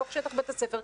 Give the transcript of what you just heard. בתוך שטח בית הספר,